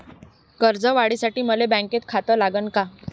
कर्ज काढासाठी मले बँकेत खातं लागन का?